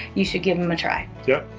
you should give them a try. yeah.